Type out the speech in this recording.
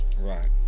right